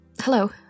hello